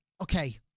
okay